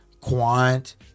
quant